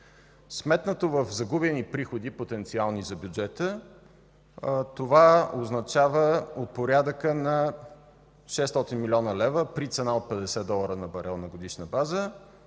Сметнато в загубени приходи, потенциални за бюджета, това означава от порядъка на 600 млн. лв. при цена от 50 долара на барел на годишна база